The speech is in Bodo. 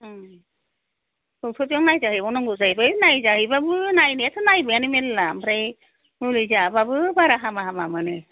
डक्ट'र जों नायजाहैबावनांगौ जाहैबाय नायजाहैबाबो नायनायाथ' नायबायानो मेल्ला ओमफ्राय मुलि जाबाबो बारा हामाखै बादि मोनो